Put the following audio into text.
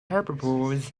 herbivores